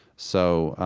so